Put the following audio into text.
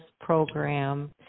program